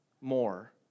more